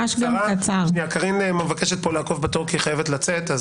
קארין מבקשת לעקוף בתור כי חייבת לצאת.